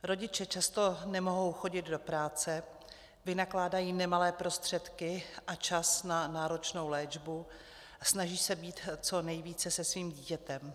Rodiče často nemohou chodit do práce, vynakládají nemalé prostředky a čas na náročnou léčbu, snaží se být co nejvíce se svým dítětem.